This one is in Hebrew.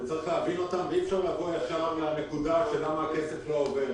צריך להבין אותם ואי אפשר לעבור ישר לנקודה ולשאול למה הכסף לא עובר.